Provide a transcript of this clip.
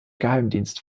geheimdienst